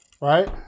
Right